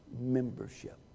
Membership